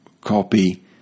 copy